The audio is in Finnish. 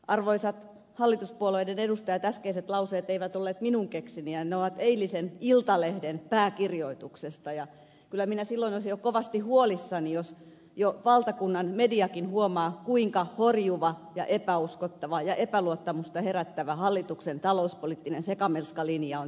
arvoisat hallituspuolueiden edustajat äskeiset lauseet eivät olleet minun keksimiäni ne ovat eilisen iltalehden pääkirjoituksesta ja kyllä minä silloin olisin jo kovasti huolissani jos jo valtakunnan mediakin huomaa kuinka horjuva ja epäuskottava ja epäluottamusta herättävä hallituksen talouspoliittinen sekamelskalinja on tällä hetkellä